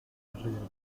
alrededor